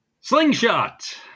Slingshot